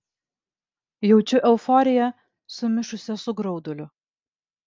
jaučiu euforiją sumišusią su grauduliu